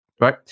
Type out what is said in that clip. Right